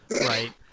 right